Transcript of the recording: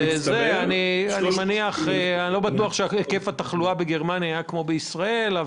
אני לא בטוח שהיקף התחלואה בגרמניה היה כמו בישראל,